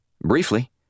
Briefly